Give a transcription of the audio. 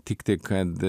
tiktai kad